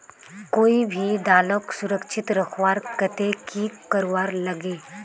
कोई भी दालोक सुरक्षित रखवार केते की करवार लगे?